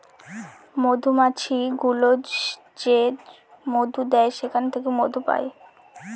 মধুমাছি গুলো যে মধু দেয় সেখান থেকে মধু পায়